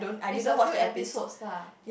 it's a few episodes lah